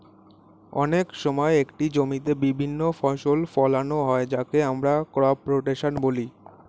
অনেক সময় একটি জমিতে বিভিন্ন ফসল ফোলানো হয় যাকে আমরা ক্রপ রোটেশন বলি